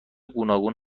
گوناگون